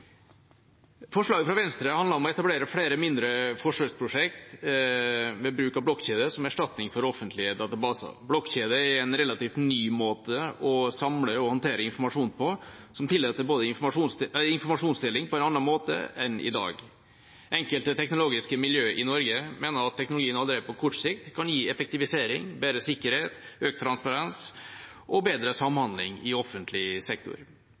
Forslaget fra Venstre handler om å etablere flere mindre forsøksprosjekt med bruk av blokkjeder som erstatning for offentlige databaser. Blokkjeder er en relativt ny måte å samle og håndtere informasjon på som tillater informasjonsdeling på en annen måte enn i dag. Enkelte teknologiske miljø i Norge mener at teknologien allerede på kort sikt kan gi effektivisering, bedre sikkerhet, økt transparens og bedre samhandling i offentlig sektor.